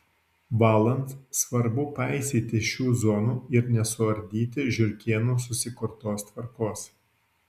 valant svarbu paisyti šių zonų ir nesuardyti žiurkėnų susikurtos tvarkos